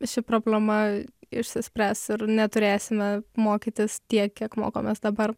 ši problema išsispręs ir neturėsime mokytis tiek kiek mokomės dabar